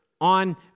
on